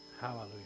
hallelujah